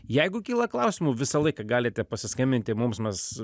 jeigu kyla klausimų visą laiką galite paskambinti mums mes